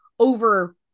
over